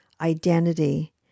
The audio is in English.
identity